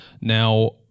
Now